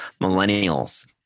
millennials